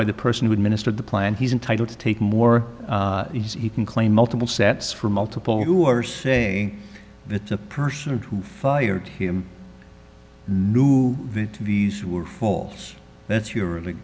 by the person who administered the plan he's entitled to take more he can claim multiple sets from multiple who are saying that the person who fired him knew that these were falls that's you're